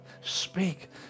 Speak